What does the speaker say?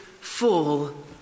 full